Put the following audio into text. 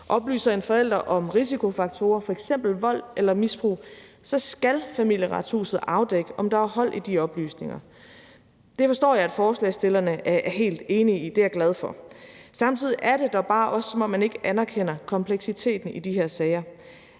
Oplyser en forælder om risikofaktorer, f.eks. vold eller misbrug, skal Familieretshuset afdække, om der er hold i de oplysninger. Det forstår jeg at forslagsstillerne er helt enige i, og det er jeg glad for. Samtidig er det da bare også, som om man ikke anerkender kompleksiteten i de her sager.